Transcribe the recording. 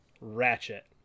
Ratchet